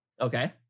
Okay